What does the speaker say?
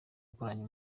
ikoranye